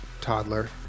toddler